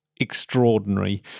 extraordinary